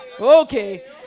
okay